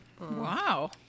wow